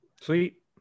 Sweet